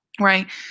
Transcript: Right